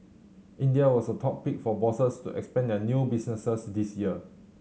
India was the top pick for bosses to expand their new businesses this year